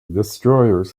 destroyers